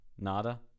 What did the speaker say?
Nada